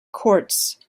courts